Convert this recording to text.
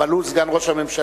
אבל הוא סגן ראש הממשלה.